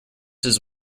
his